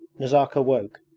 nazarka awoke,